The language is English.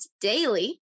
daily